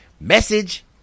Message